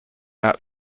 out